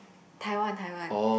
Taiwan Taiwan